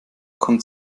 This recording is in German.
kommt